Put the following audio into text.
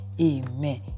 amen